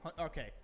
Okay